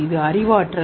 இது அறிவாற்றல்